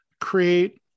create